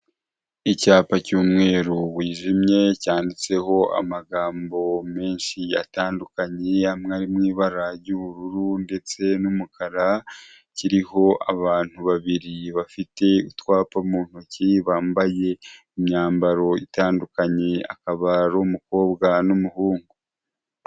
Icyapa cy'umweru wijimye, cyanditseho amagambo menshi atandukanye amwe ari mu ibara ry'ubururu, ndetse n'umukara. Kiriho abantu babiri bafite utwapu mu ntoki, bambaye imyambaro itandukanye, akaba ari umukobwa n'umuhungu